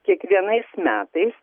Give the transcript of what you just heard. kiekvienais metais